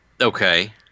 Okay